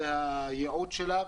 זה הייעוד שלה,